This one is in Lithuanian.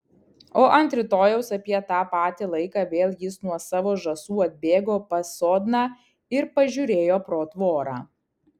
o ant rytojaus apie tą patį laiką vėl jis nuo savo žąsų atbėgo pas sodną ir pažiūrėjo pro tvorą